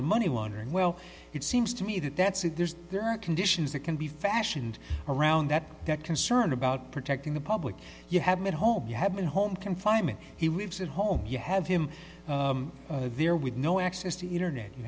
and money laundering well it seems to me that that's it there's there are conditions that can be fashioned around that concern about protecting the public you have at home you have been home confinement he lives at home you have him there with no access to internet you